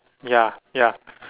ya ya